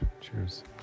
cheers